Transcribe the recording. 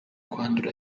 kwandura